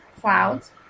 clouds